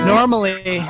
Normally